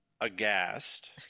aghast